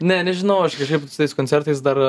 ne nežinau aš kažkaip su tais koncertais dar